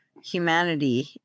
humanity